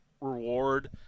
reward